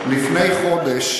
לפני חודש